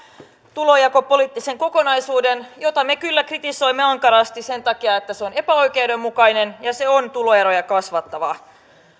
tulonjakopoliittisen kokonaisuuden jota me kyllä kritisoimme ankarasti sen takia että se on epäoikeudenmukainen ja se on tuloeroja kasvattava